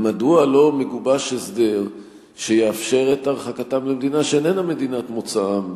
מדוע לא מגובש הסדר שיאפשר את הרחקתם למדינה שאיננה מדינת מוצאם?